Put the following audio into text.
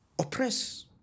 oppress